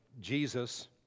Jesus